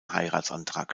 heiratsantrag